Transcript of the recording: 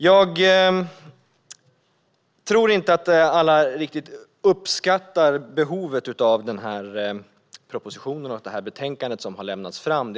Jag tror inte att alla riktigt uppskattar behovet av propositionen och det betänkande som har lagts fram.